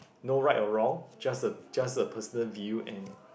no right or wrong just a just a personal view and